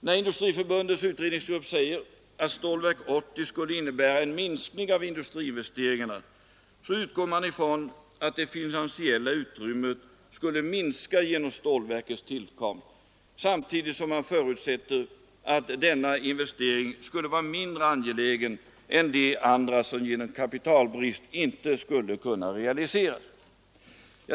När Industriförbundets utredningsgrupp säger att Stålverk 80 skulle innebära en minskning av industriinvesteringarna utgår man från att det finansiella utrymmet skulle minska genom stålverkets tillkomst, samtidigt som man förutsätter att denna investering skulle vara mindre angelägen än de andra som genom kapitalbrist inte skulle kunna realiseras.